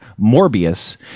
Morbius